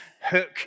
Hook